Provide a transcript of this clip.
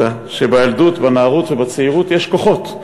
בנערות ובצעירות יש כוחות.